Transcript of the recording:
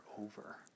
over